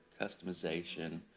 customization